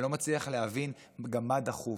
אני לא מצליח להבין גם מה דחוף.